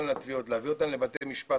להביא אותם לתביעות, להביא אותם לבתי משפט.